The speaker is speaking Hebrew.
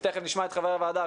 ותכף נשמע את חברי הוועדה,